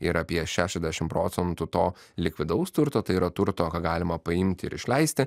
ir apie šešiasdešimt prococentų to likvidaus turto tai yra turto ką galima paimti ir išleisti